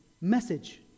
Message